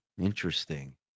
Interesting